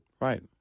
Right